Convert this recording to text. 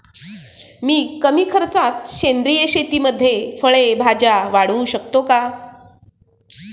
मी कमी खर्चात सेंद्रिय शेतीमध्ये फळे भाज्या वाढवू शकतो का?